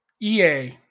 EA